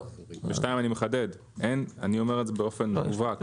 2. אני מחדד ואני אומר את זה באופן מובהק: